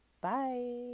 Bye